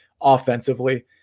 offensively